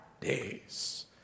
days